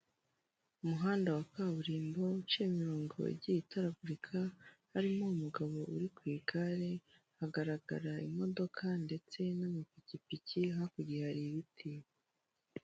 Umuhanda wa kaburimbo uciyemo imirongo igiye itaragurika harimo umugabo uri ku igare hagaragara imodoka ndetse n'amapikipiki hakurya hari ibiti.